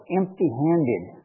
empty-handed